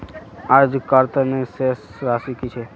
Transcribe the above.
आजकार तने शेष राशि कि छे?